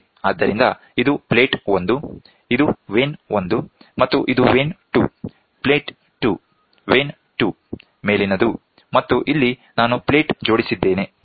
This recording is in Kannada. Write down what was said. ಆದ್ದರಿಂದ ಇದು ಪ್ಲೇಟ್ 1 ಇದು ವೇನ್ 1 ಮತ್ತು ಇದು ವೇನ್ 2 ಪ್ಲೇಟ್ 2 ವೇನ್ 2 ಮೇಲಿನದು ಮತ್ತು ಇಲ್ಲಿ ನಾನು ಪ್ಲೇಟ್ ಜೋಡಿಸಿದ್ದೇನೆ ಸರಿ